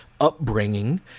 upbringing